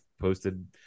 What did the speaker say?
posted